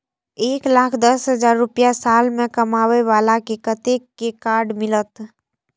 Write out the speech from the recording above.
एक लाख दस हजार रुपया साल में कमाबै बाला के कतेक के कार्ड मिलत?